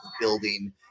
building